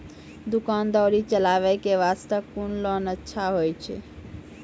दुकान दौरी चलाबे के बास्ते कुन लोन अच्छा होय छै?